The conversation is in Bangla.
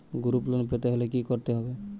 গ্রুপ লোন পেতে হলে কি করতে হবে?